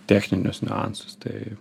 techninius niuansus tai